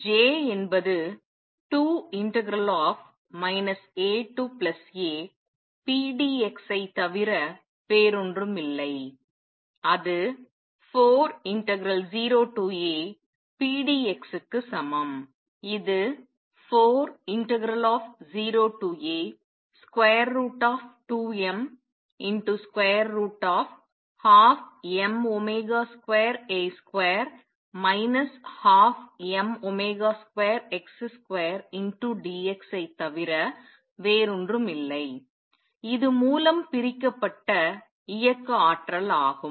எனவே J என்பது 2 AApdx ஐ தவிர வேறொன்றுமில்லை அது 40Apdx க்கு சமம் இது 40A√√dx ஐ தவிர வேறொன்றுமில்லை இது மூலம் பிரிக்கப்பட்ட இயக்க ஆற்றல் ஆகும்